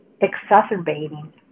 exacerbating